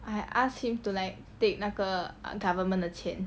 I asked him to like take 那个 government 的钱